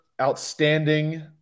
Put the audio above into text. outstanding